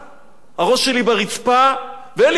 הראש שלי ברצפה ואין לי מה להגיד.